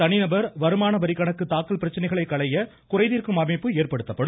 தனிநபர் வருமான வரி கணக்கு தாக்கல் பிரச்சனைகளை களைய குறைதீர்க்கும் அமைப்பு ஏற்படுத்தப்படும்